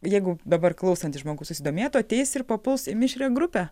jeigu dabar klausantis žmogus susidomėtų ateis ir papuls į mišrią grupę